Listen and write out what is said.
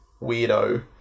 weirdo